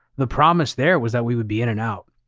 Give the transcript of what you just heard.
the promise there was that we would be in and out.